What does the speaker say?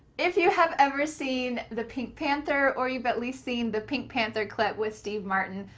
if you have ever seen the pink panther, or you've at least seen the pink panther clip with steve martin,